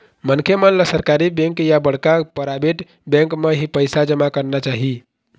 मनखे मन ल सरकारी बेंक या बड़का पराबेट बेंक म ही पइसा जमा करना चाही